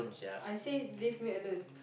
I said leave it alone